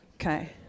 Okay